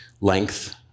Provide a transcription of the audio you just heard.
length